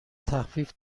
تخفیف